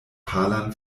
palan